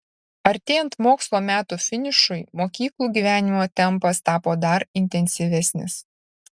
artėjant mokslo metų finišui mokyklų gyvenimo tempas tapo dar intensyvesnis